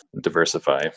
diversify